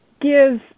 give